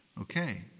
Okay